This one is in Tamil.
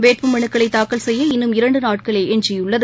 வேட்பு மனுக்களை தாக்கல் செய்ய இன்னும் இரண்டு நாட்களே எஞ்சியுள்ளது